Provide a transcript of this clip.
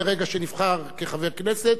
מרגע שנבחר כחבר כנסת,